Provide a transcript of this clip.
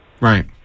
Right